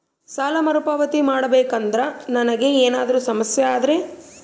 ಸಾಲ ಮರುಪಾವತಿ ಮಾಡಬೇಕಂದ್ರ ನನಗೆ ಏನಾದರೂ ಸಮಸ್ಯೆ ಆದರೆ?